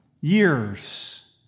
Years